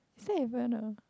is that even a